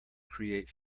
create